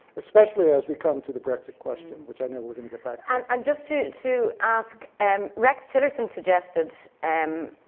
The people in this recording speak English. especially as we come to the brexit question, which i know we're gonna get back to. and um just to to ask, and rex tillerson suggested, and